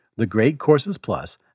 thegreatcoursesplus